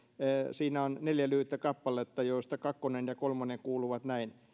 siinä on neljä lyhyttä kappaletta joista kakkonen ja kolmonen kuuluvat näin